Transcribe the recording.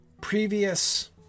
previous